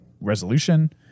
resolution